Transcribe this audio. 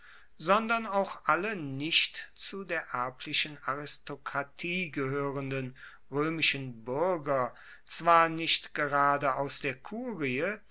sondern auch alle nicht zu der erblichen aristokratie gehoerenden roemischen buerger zwar nicht gerade aus der kurie